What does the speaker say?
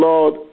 Lord